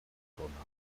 knowledge